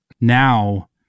Now